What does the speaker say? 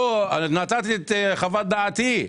לא נתתי את חוות דעתי.